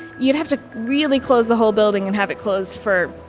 you'd have to really close the whole building and have it closed for,